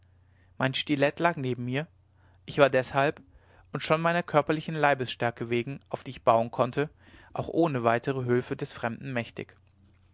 mein stilett lag neben mir ich war deshalb und schon meiner körperlichen leibesstärke wegen auf die ich bauen konnte auch ohne weitere hülfe des fremden mächtig